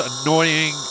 annoying